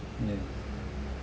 yes